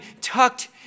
tucked